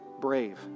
brave